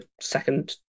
second